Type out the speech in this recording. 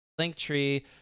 Linktree